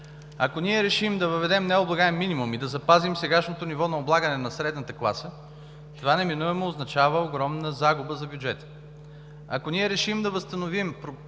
Ако ние решим да въведем необлагаем минимум и да запазим сегашното ниво на облагане на средната класа, това неминуемо означава огромна загуба за бюджета. Ако ние решим да възстановим прогресивното